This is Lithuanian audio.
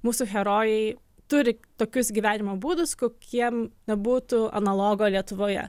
mūsų herojai turi tokius gyvenimo būdus kokiem nebūtų analogo lietuvoje